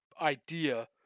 idea